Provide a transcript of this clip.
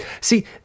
See